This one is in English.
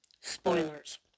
spoilers